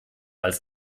als